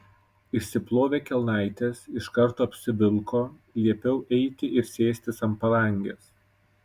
išsiplovė kelnaites iš karto apsivilko liepiau eiti ir sėstis ant palangės